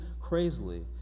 crazily